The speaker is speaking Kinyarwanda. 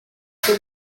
cyo